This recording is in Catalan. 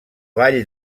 vall